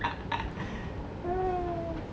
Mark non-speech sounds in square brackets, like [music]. [laughs]